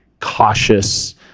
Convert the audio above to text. cautious